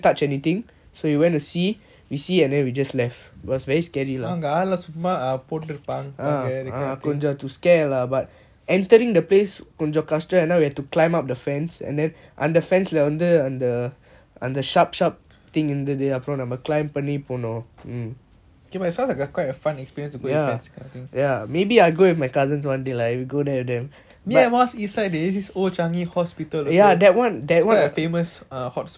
அங்க ஆள்புலம் சும்மா போடு இருப்பாங்க:anga aalulam summa potu irupanga K but sounds like quite a fun experience I think then the east side they have this old changi hospitral also is quite a famous hotspot for paranormal finders and all that